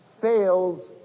fails